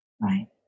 right